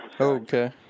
Okay